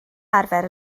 arfer